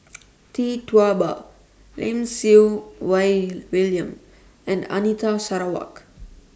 Tee Tua Ba Lim Siew Wai William and Anita Sarawak